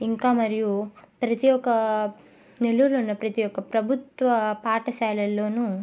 ఇంకా మరియు ప్రతీ ఒక నెల్లూరులో ఉన్న ప్రతీ ఒక్క ప్రభుత్వ పాఠశాలలోనూ